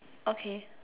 okay